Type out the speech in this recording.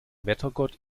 wettergott